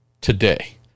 today